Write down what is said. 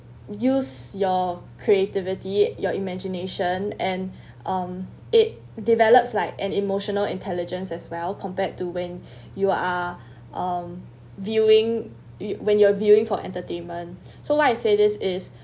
use your creativity your imagination and um it develops like an emotional intelligence as well compared to when you are um viewing it when your viewing for entertainment so why I say this is